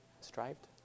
striped